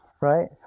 right